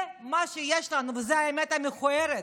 זה מה שיש לנו וזו האמת המכוערת.